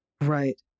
Right